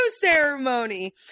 ceremony